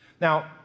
Now